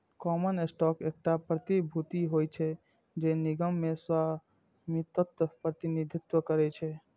common stock एकटा प्रतिभूति होइ छै, जे निगम मे स्वामित्वक प्रतिनिधित्व करै छै